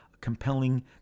compelling